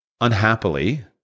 Unhappily